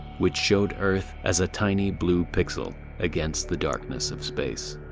which showed earth as a tiny blue pixel against the darkness of space.